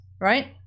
Right